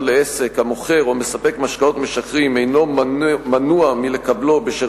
לעסק המוכר או מספק משקאות משכרים אינו מנוע מלקבלו בשל